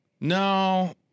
No